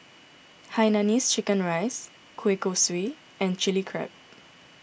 Hainanese Chicken Rice Kueh Kosui and Chili Crab